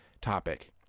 topic